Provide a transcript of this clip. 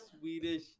Swedish